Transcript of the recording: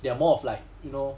they are more of like you know